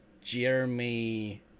jeremy